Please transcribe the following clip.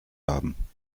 haben